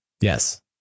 Yes